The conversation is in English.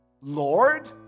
Lord